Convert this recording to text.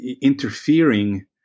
interfering